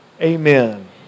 amen